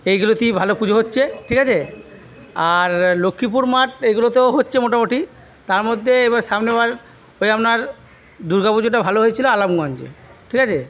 এইগুলোতেই ভালো পুজো হচ্ছে ঠিক আছে আর লক্ষ্মীপুর মাঠ এগুলোতেও হচ্ছে মোটামোটি তার মধ্যে এবার সামনের বার ওই আপনার দুর্গা পুজোটা ভালো হয়েছিলো আলমগঞ্জে ঠিক আছে